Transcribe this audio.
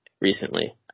recently